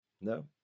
No